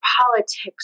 politics